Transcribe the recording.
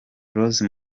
rose